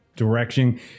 direction